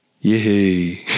Yay